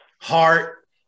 heart